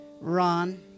Ron